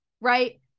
right